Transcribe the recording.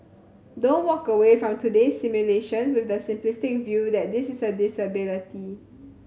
don't walk away from today's simulation with the simplistic view that this is a disability